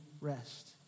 rest